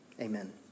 Amen